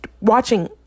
watching